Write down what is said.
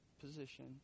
position